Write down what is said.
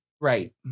right